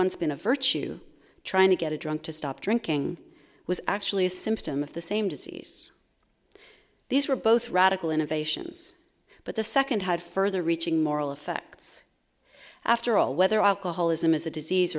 been a virtue trying to get a drunk to stop drinking was actually a symptom of the same disease these were both radical innovations but the second had further reaching moral affects after all whether alcoholism is a disease